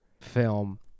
film